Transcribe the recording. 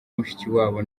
mushikiwabo